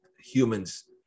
humans